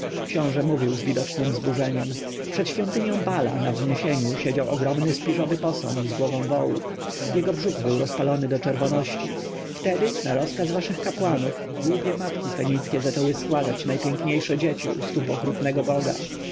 książę mówił z widocznem wzburzeniem przed świątynią baala na wzniesieniu siedział ogromny śpiżowy posąg z głową wołu jego brzuch był rozpalony do czerwoności wtedy na rozkaz waszych kapłanów głupie matki fenickie zaczęły składać najpiękniejsze dzieci u stóp okrutnego boga